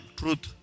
truth